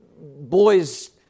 boys